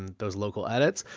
and those local edits.